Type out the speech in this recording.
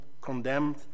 condemned